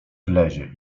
wlezie